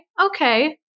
okay